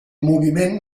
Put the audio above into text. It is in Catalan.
moviment